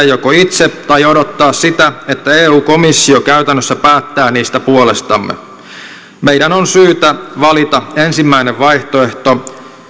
joko tehdä itse tai odottaa sitä että eu komissio käytännössä päättää niistä puolestamme meidän on syytä valita ensimmäinen vaihtoehto